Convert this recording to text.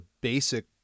basic